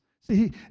See